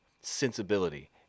sensibility